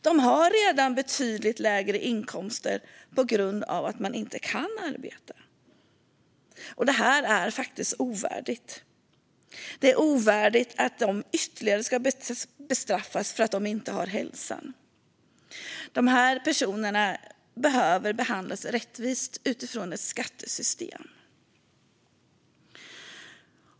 De har redan betydligt lägre inkomster på grund av att de inte kan arbeta. Detta är faktiskt ovärdigt. Det är ovärdigt att de ytterligare ska bestraffas för att de inte har hälsan. Dessa personer behöver behandlas rättvist i skattesystemet.